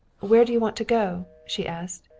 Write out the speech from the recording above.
where do you want to go? she asked.